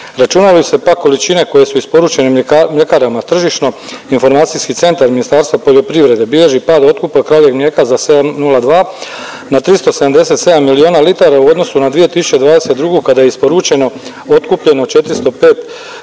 Računaju li se pak količine koje su isporučene mljekarama tržišno informacijski centar Ministarstva poljoprivrede bilježi pad otkupa kravljeg mlijeka za 7,02 na 377 miliona litara u odnosu na 2022. kada je isporučeno, otkupljeno 405,4